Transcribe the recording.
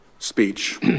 speech